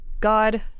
God